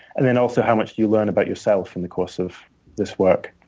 and then also how much you learn about yourself in the course of this work.